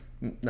No